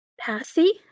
Passy